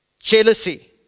Jealousy